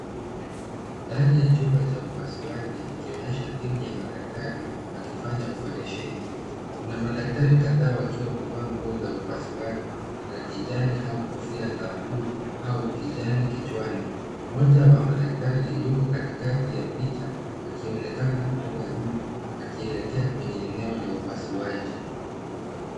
Ndani ya chumba cha upasuaji ikionyesha timu ya madaktari, wakifanya operesheni. Kuna madaktari kadhaa wakiwa wamevaa nguo za upasuaji za kijani au kofia za bluu au kijani kichwani. Moja wa madaktari yupo katikati ya picha, akionekana kutoka nyuma akielekea kwenye eneo la upasuaji.